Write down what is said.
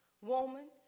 woman